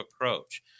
approach